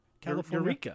California